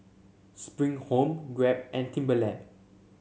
Spring Home Grab and Timberland